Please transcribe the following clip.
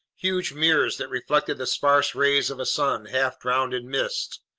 huge mirrors that reflected the sparse rays of a sun half drowned in mist.